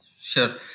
sure